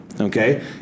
Okay